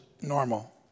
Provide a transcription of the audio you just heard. normal